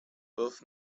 both